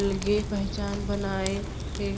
अलगे पहचान बनाए हे